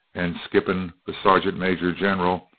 and skippon, the sergeant major general,